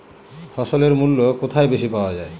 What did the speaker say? ফসলের মূল্য কোথায় বেশি পাওয়া যায়?